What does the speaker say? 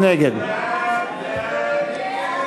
מי נגד?